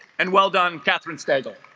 and well done katherine stengel